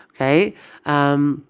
Okay